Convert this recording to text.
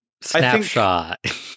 Snapshot